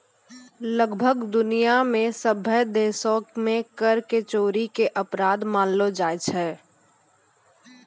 लगभग दुनिया मे सभ्भे देशो मे कर के चोरी के अपराध मानलो जाय छै